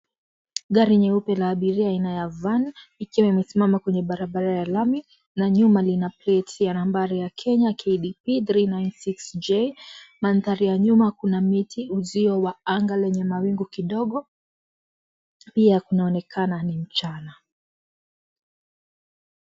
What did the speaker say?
Gari nyeupe la abiria aina ya van ikiwa imesimama kwenye barabara ya lami na nyuma lina pleti ya nambari ya Kenya KDP 396J. Mandhari ya nyuma kuna miti uzio wa anga lenye mawingu kidogo. Pia kunaonekana ni mchana.